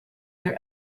their